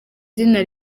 zina